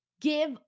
give